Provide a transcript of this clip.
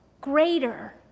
greater